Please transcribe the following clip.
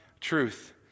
truth